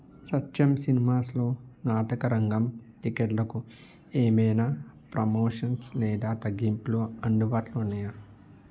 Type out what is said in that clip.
సత్యం సినిమాస్లో నాటకరంగం టిక్కెట్లకు ఏవైనా ప్రమోషన్స్ లేదా తగ్గింపులు అందుబాటులు ఉన్నాయా